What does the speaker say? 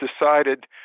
decided